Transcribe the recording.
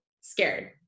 scared